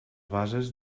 bases